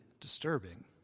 disturbing